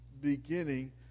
beginning